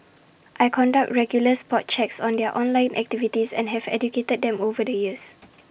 I conduct regular spot checks on their online activities and have educated them over the years